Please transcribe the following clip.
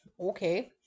okay